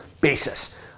basis